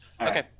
Okay